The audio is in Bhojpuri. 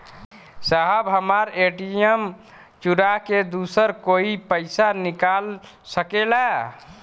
साहब हमार ए.टी.एम चूरा के दूसर कोई पैसा निकाल सकेला?